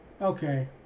Okay